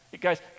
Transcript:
Guys